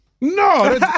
No